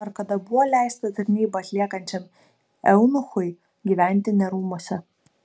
ar kada buvo leista tarnybą atliekančiam eunuchui gyventi ne rūmuose